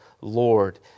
lord